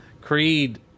Creed